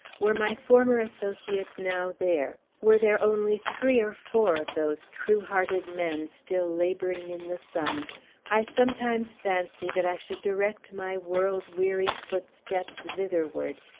were my former associates now there were there only three or four of those true-hearted men still laboring in the sun i sometimes fancy that i should direct my world-weary footsteps thitherward,